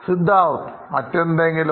Siddharth മറ്റെന്തെങ്കിലും